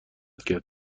کرد